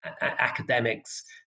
academics